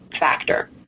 factor